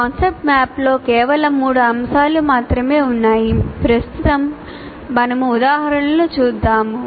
concept మ్యాప్లో కేవలం 3 అంశాలు మాత్రమే ఉన్నాయి ప్రస్తుతం మనము ఉదాహరణలను చూద్దాము